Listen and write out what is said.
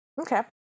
Okay